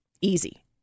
easy